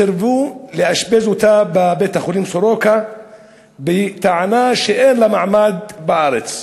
סירבו לאשפז אותה בבית-החולים סורוקה בטענה שאין לה מעמד בארץ,